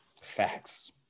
Facts